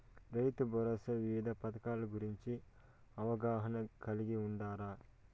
రైతుభరోసా వివిధ పథకాల గురించి అవగాహన కలిగి వుండారా?